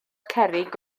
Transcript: cerrig